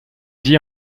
dit